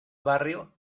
barrio